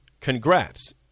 Congrats